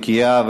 נקייה,